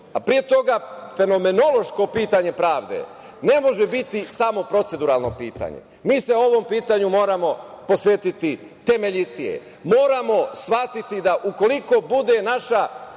a pre toga fenomenološko pitanje pravde, ne može biti samo proceduralno pitanje. Mi se o ovom pitanju moramo posvetiti temeljitije. Moramo shvatiti da, ukoliko bude naš